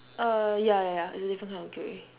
uh ya ya ya it's a different kind of grey